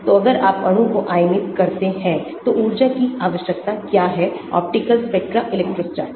तोअगर आप अणु को आयनित करते हैं तो ऊर्जा की आवश्यकता क्या है ऑप्टिकल स्पेक्ट्रा इलेक्ट्रोस्टैटिक